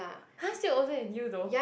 [huh] still older than you though